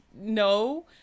no